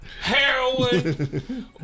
heroin